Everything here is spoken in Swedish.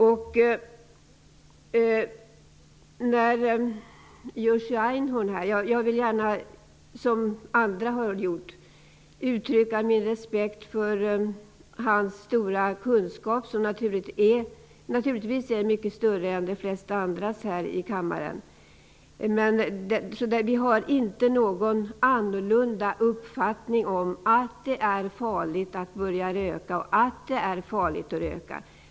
Liksom andra talare vill gärna även jag uttrycka min respekt för Jerzy Einhorns stora kunskap på det här området, som naturligtvis är mycket större än kunskapen hos de flesta andra här i kammaren. Men vi andra har inte någon annorlunda uppfattning om att det är farligt att börja röka och att det är farligt att röka.